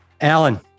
Alan